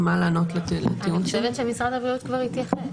אני חושבת שמשרד הבריאות כבר התייחס.